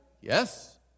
Yes